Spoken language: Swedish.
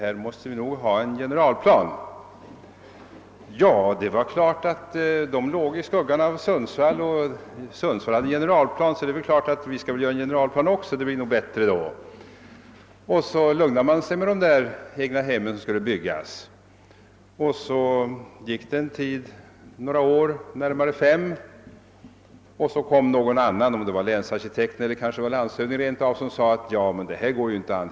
Vi måste allt ha en generalplan.> Kommunen låg i skuggan av Sundsvall och Sundsvall hade generalplan, så det var klart att man skulle göra en generalplan; det blev nog bättre då. Och så lugnade man sig med egnahemmen som skulle byggas. Det gick närmare fem år till, och då kom någon annan — kanske det var länsarkitekten eller rent av landshövdingen — och sade: »Det här går inte an!